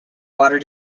water